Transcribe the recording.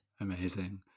Amazing